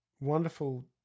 wonderful